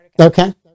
Okay